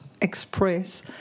express